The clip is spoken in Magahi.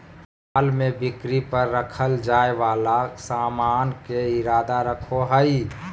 माल में बिक्री पर रखल जाय वाला सामान के इरादा रखो हइ